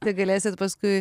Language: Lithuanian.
tai galėsit paskui